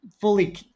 fully